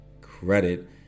credit